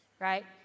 right